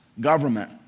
government